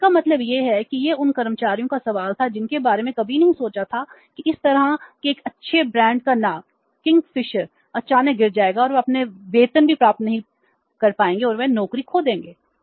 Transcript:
तो इसका मतलब यह है कि यह उन कर्मचारियों का सवाल था जिनके बारे में कभी नहीं सोचा था कि इस तरह के एक अच्छे ब्रांड का नाम किंगफिशर अचानक गिर जाएगा और वे अपना वेतन भी प्राप्त नहीं कर पाएंगे और वे नौकरी खो देंगे